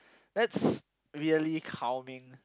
that's really calming